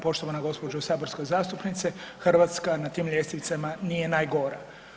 Poštovana gospođo saborska zastupnice, Hrvatska na tim ljestvicama nije najgora.